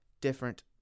different